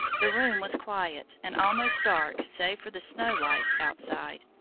the room was quiet, and almost dark, save for the snow-light outside,